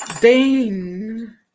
Dane